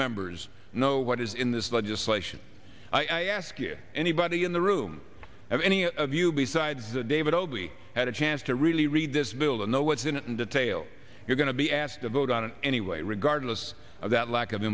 members know what is in this legislation i ask you anybody in the room of any of you besides the david obie had a chance to really read this bill and know what's in it in detail you're going to be asked to vote on it anyway regardless of that lack of